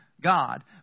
God